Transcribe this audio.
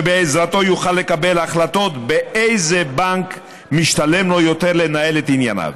שבעזרתו יוכל לקבל החלטות באיזה בנק משתלם לו יותר לנהל את ענייניו.